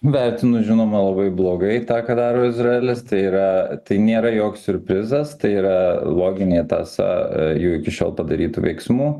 vertinu žinoma labai blogai tą ką daro izraelis tai yra tai nėra joks siurprizas tai yra loginė tąsa jų iki šiol padarytų veiksmų